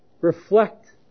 reflect